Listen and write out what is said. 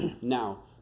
now